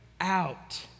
out